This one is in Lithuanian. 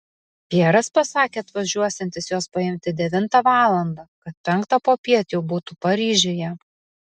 pjeras pasakė atvažiuosiantis jos paimti devintą valandą kad penktą popiet jau būtų paryžiuje